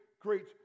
great